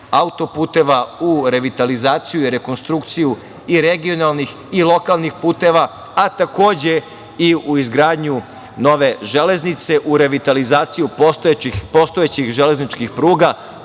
autoputeva, u revitalizaciju i rekonstrukciju i regionalnih i lokalnih puteva, a takođe, i u izgradnju nove železnice, u revitalizaciju postojećih železničkih pruga,